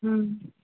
ம்